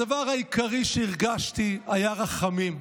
הדבר העיקרי שהרגשתי היה רחמים,